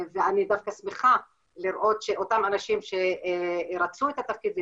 ואני דווקא שמחה לראות שאותם אנשים שרצו את התפקיד,